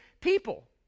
people